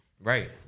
Right